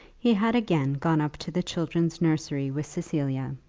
he had again gone up to the children's nursery with cecilia,